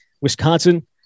Wisconsin